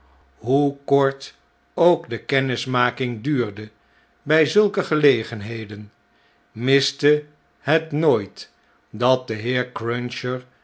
hoe kort ook de kennismaking duurde bij zulke gelegenheden miste het nooit dat de heer cruncher